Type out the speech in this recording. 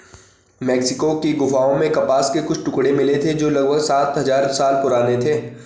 Mexico की गुफाओं में कपास के कुछ टुकड़े मिले थे जो लगभग सात हजार साल पुराने थे